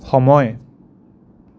সময়